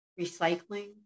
recycling